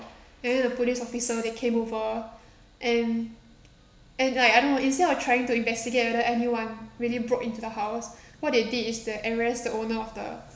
and then the police officer they came over and and like I don't know instead of trying to investigate whether anyone really broke into the house what they did is they arrest the owner of the